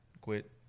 quit